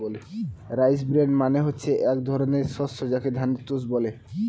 rice bran মানে হচ্ছে এক ধরনের শস্য যাকে ধানের তুষ বলে